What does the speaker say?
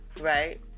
Right